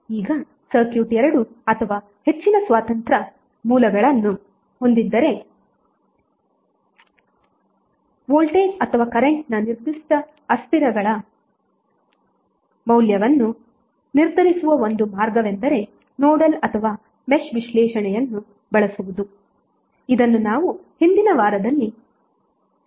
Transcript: ಈಗ ಸರ್ಕ್ಯೂಟ್ 2 ಅಥವಾ ಹೆಚ್ಚಿನ ಸ್ವತಂತ್ರ ಮೂಲಗಳನ್ನು ಹೊಂದಿದ್ದರೆ ವೋಲ್ಟೇಜ್ ಅಥವಾ ಕರೆಂಟ್ ನ ನಿರ್ದಿಷ್ಟ ಅಸ್ಥಿರಗಳ ಮೌಲ್ಯವನ್ನು ನಿರ್ಧರಿಸುವ ಒಂದು ಮಾರ್ಗವೆಂದರೆ ನೋಡಲ್ ಅಥವಾ ಮೆಶ್ ವಿಶ್ಲೇಷಣೆಯನ್ನು ಬಳಸುವುದು ಇದನ್ನು ನಾವು ಹಿಂದಿನ ವಾರದಲ್ಲಿ ಚರ್ಚಿಸಿದ್ದೇವೆ